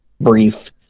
Brief